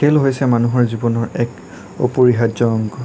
খেল হৈছে মানুহৰ জীৱনৰ এক অপৰিহাৰ্য অংগ